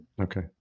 Okay